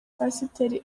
pasiteri